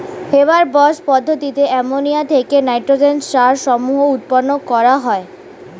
Haber Bosch পদ্ধতিতে ammonia থেকে nitrogen সার সমূহ উৎপন্ন করা হয়